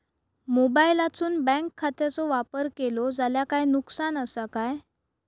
मोबाईलातसून बँक खात्याचो वापर केलो जाल्या काय नुकसान असा काय?